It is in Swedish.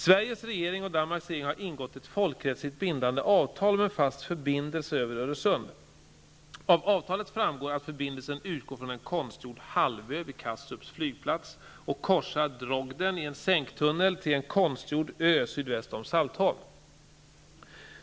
Sveriges regering och Danmarks regering har ingått ett folkrättsligt bindande avtal om en fast förbindelse över Öresund. Av avtalet framgår att förbindelsen utgår från en konstgjord halvö vid Kastrups flygplats och korsar Drogden i en sänktunnel till en konstgjord ö sydväst om Saltholm.